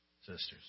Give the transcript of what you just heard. Sisters